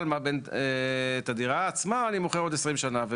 אבל, את הדירה עצמה אני מוכר עוד עשרים שנה.